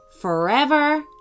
forever